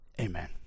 Amen